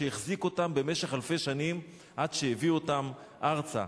שהחזיק אותם במשך אלפי שנים עד שהביאו אותם ארצה.